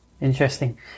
interesting